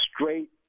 straight